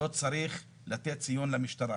לא צריך לתת ציון למשטרה.